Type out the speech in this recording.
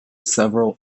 several